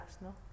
no